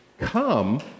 come